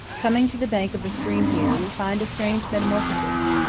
coming to the bank of the stream here, we find a strange metamorphosis.